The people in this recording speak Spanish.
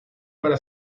para